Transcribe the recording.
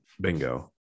Bingo